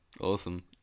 Awesome